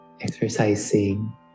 exercising